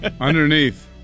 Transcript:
Underneath